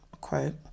quote